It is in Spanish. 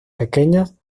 pequeñas